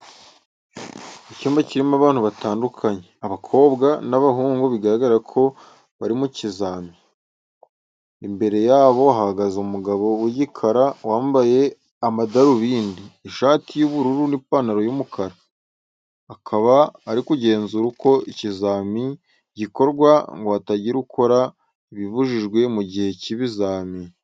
Icyumba kirimo abantu batandukanye, abakobwa n'abahungu bigaragara ko bari mu kizami. Imbere yabo hahagaze umugabo w'igikara wambaye amadarubindi, ishati y'ubururu n'ipantaro y'umukara. Akaba ari kugenzura uko ikizami gikorwa ngo hatagira ukora ibibujijwe mu gihe cy'ibizami.